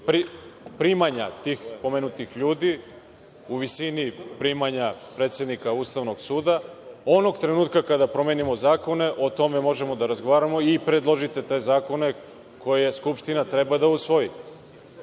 primanja tih pomenutih ljudi u visini primanja predsednika Ustavnog suda. Onog trenutka kada promenimo zakone, o tome možemo da razgovaramo i predložite te zakone koje Skupština treba da usvoji.